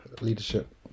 leadership